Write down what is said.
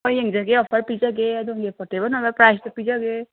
ꯍꯣꯏ ꯌꯦꯡꯖꯒꯦ ꯑꯣꯐꯔ ꯄꯤꯖꯒꯦ ꯑꯗꯣꯝꯒꯤ ꯑꯦꯐꯣꯔꯗꯦꯕꯜ ꯑꯣꯏꯕ ꯄ꯭ꯔꯥꯏꯁꯇ ꯄꯤꯖꯒꯦ